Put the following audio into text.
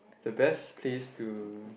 the best place to